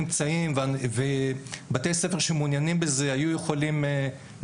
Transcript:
בבתי הספר בזרמים השונים,